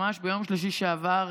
ממש ביום שלישי שעבר,